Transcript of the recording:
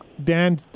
Dan